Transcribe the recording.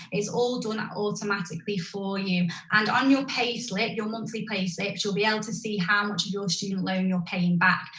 it's all done automatically for you. and on your pay slip, your monthly pay slips you'll be able to see how much your student loan you're paying back.